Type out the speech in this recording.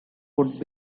would